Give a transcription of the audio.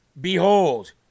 Behold